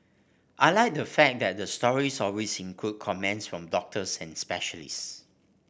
I like the fact that the stories always include comments from doctors and specialists